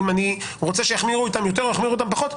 אם אני רוצה שיחמירו איתם יותר או יחמירו איתם פחות,